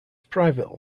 private